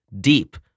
deep